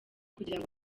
kugirango